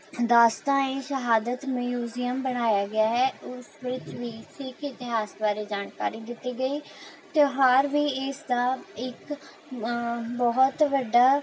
ਦਾਸਤਾਨ ਏ ਸ਼ਹਾਦਤ ਮਿਊਜ਼ੀਅਮ ਬਣਾਇਆ ਗਿਆ ਹੈ ਉਸ ਵਿੱਚ ਵੀ ਸਿੱਖ ਇਤਿਹਾਸ ਬਾਰੇ ਜਾਣਕਾਰੀ ਦਿੱਤੀ ਗਈ ਤਿਉਹਾਰ ਵੀ ਇਸ ਦਾ ਇੱਕ ਬਹੁਤ ਵੱਡਾ